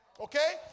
Okay